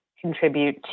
contribute